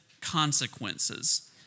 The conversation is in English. consequences